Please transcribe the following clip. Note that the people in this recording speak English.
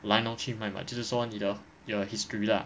来龙去脉吧就是说你的 history lah